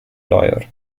lawyer